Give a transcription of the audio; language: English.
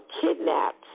kidnapped